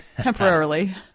temporarily